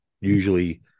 usually